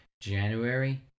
January